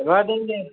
करवा देंगे